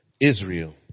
Israel